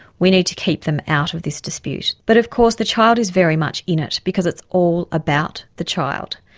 we need to keep them out of this dispute. but of course the child is very much in it, because it's all about the child.